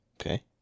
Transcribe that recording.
Okay